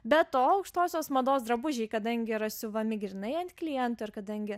be to aukštosios mados drabužiai kadangi yra siuvami grynai ant kliento ir kadangi